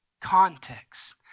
context